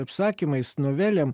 apsakymais novelėm